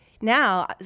Now